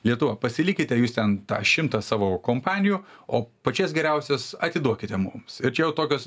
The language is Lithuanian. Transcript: lietuva pasilikite jūs ten tą šimtą savo kompanijų o pačias geriausias atiduokite mums ir čia jau tokios